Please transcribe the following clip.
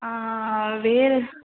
ஆ வேறு